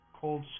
cold